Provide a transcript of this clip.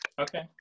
Okay